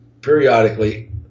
periodically